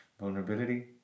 vulnerability